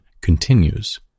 continues